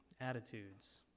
attitudes